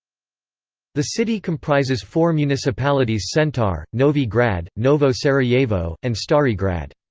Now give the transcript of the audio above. the city comprises four municipalities centar, novi grad, novo sarajevo, and stari grad.